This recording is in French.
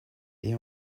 est